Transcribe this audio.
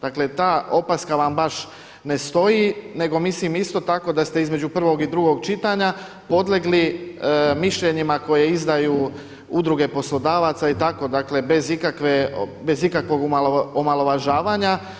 Dakle ta opaska vam baš ne stoji, nego mislim isto tako da ste između prvog i drugog čitanja podlegli mišljenjima koje izdaju udruge poslodavaca i tako bez ikakvog omalovažavanja.